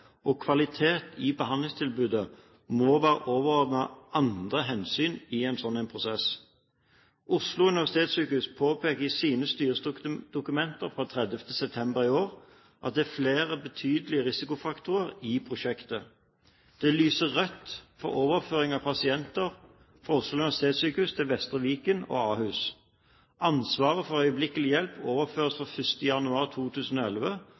og kvalitet i behandlingstilbudet må være overordnet andre hensyn i en slik prosess. Oslo universitetssykehus påpeker i sine styredokumenter fra 30. september i år at det er flere, betydelige risikofaktorer i prosjektet. Det lyser rødt for overføring av pasienter fra Oslo universitetssykehus til Vestre Viken og Ahus. Ansvaret for øyeblikkelig hjelp overføres fra 1. januar 2011,